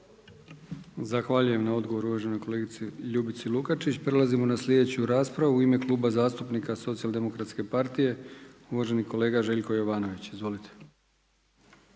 Zahvaljujem na odgovoru uvaženoj kolegici Ljubici Lukačić. Prelazimo na slijedeću raspravu, u ime Kluba zastupnika SDP-a uvaženi kolega Željko Jovanović. Izvolite.